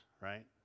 right